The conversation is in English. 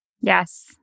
Yes